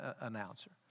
announcer